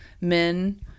men